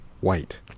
white